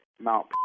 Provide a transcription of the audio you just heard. Mount